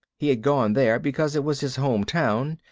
he had gone there because it was his home town,